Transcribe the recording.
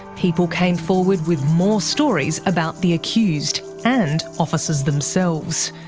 people came forward with more stories about the accused, and officers themselves.